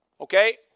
Okay